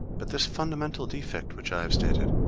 but this fundamental defect which i have stated,